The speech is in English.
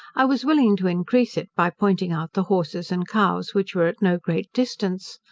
i was willing to increase it by pointing out the horses and cows, which were at no great distance.